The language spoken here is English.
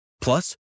Plus